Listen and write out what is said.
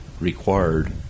required